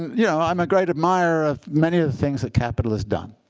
yeah i'm a great admirer of many of the things that capital has done.